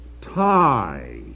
tie